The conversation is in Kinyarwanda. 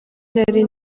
nari